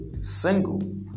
Single